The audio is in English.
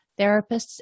therapists